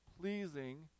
pleasing